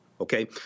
Okay